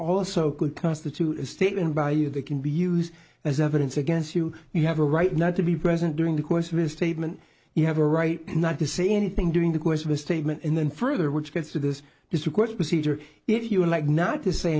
also could constitute a statement by you that can be used as evidence against you you have a right not to be present during the course of his statement you have a right not to say anything during the course of a statement and then further which gets to this this request procedure if you like not to say